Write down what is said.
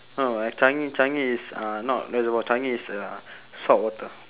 no uh changi changi is uh not reservoir changi is uh saltwater